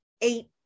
eight